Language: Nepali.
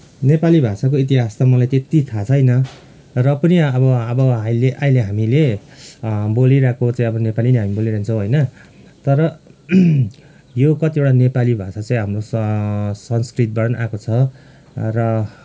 नेपाली भाषाको इतिहास त मलाई त्यत्ति थाहा छैन र पनि अब अब अहिले अहिले हामीले बोलिरहेको चाहिँ अब नेपाली नै हामी बोलिरहन्छौँ होइन तर यो कतिवटा नेपाली भाषा चाहिँ हाम्रो स संस्कृतबाट पनि आएको छ र